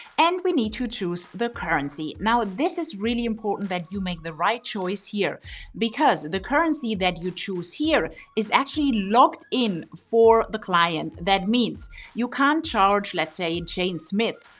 and we need to choose the currency. now, this is really important that you make the right choice here because the currency that you choose here is actually locked in for the client. that means you can't charge, let's say jane smith,